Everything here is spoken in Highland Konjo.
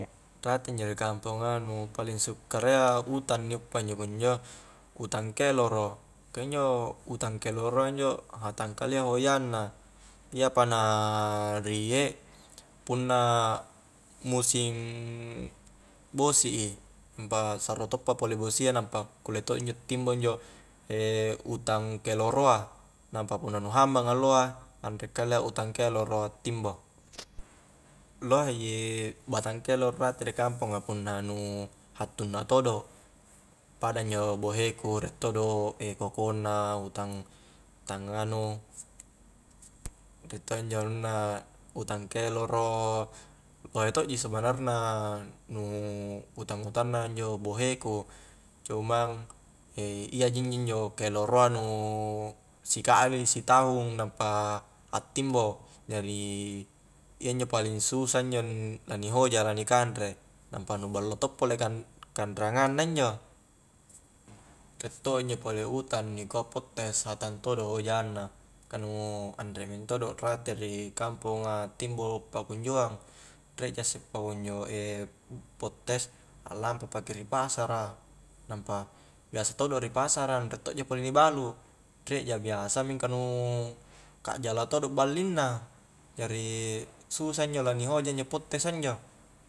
Rate injo ri kamponga nu paling sukarra yya utang ni uppa injo kunjo, utang keloro ka injo utang keloro a injo hatang kalia hojanna, iyapa na riek punna musing bosi i nampa sarro toppa pole bosia nampa kule to injo timbo injo ee utang keloroa, nampa punna nu hambang alloa, anre kalia utang keloro attimbo lohe ji batang keloro rate ri kamponga punna nu hattunna todo, pada injo bohe ku riek todo kokonna utang-utang nganu riek to injo anunna utang keloro pada to ji sebenarna nu utang-utang na injo boheku cumang ee iyaji inji-njo keloro a nu sikali sitaung nampa attimbo, jari iyanjo paling susa injo na ni hoja la ni kanre nampa nu ballo to pole kan-kanreangang na injo riek to injo pole utang ni kua petes hatang todo hojanna ka nu anre mentodo rate ri kamponga timbo pakunjoang riek ja isse pakunjo ee pettes aklampa paki ri pasara nampa biasa todo ri pasara anre to ja pole ni balu riek ja biasa mingka nu kajjala todo ballina, jari susah injo la ni huja injo pettes a injo